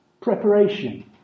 preparation